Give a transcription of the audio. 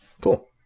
Cool